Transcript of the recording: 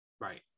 Right